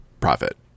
profit